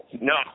No